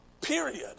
Period